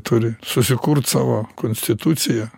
turi susikurt savo konstituciją